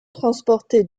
transportait